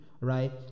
right